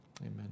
Amen